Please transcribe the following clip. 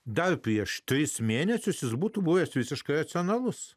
dar prieš tris mėnesius būtų buvęs visiškai racionalus